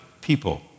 people